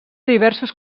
diversos